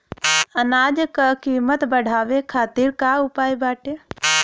अनाज क कीमत बढ़ावे खातिर का उपाय बाटे?